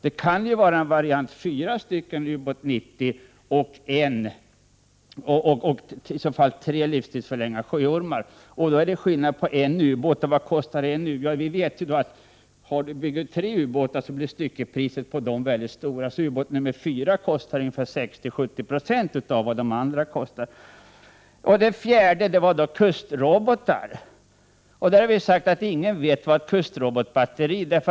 Det kan ju bli en variant — fyra Ubåt 90 och i så fall livstidsförlängning av tre Sjöormar. Då skiljer det på en ubåt, och vad kostar en ubåt? Vi vet att om man bygger tre ubåtar blir styckpriset på dem mycket högt. Ubåt nr 4 kostar 60-70 96 av vad de andra kostar. Det fjärde objektet var kustrobotar. Vi har sagt att ingen vet vad ett kustrobotbatteri kostar.